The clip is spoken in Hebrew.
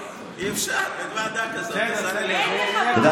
אי-אפשר, אין ועדה כזאת, השר אליהו.